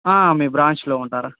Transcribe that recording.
మీ బ్రాంచ్లో ఉంటారా